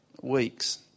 weeks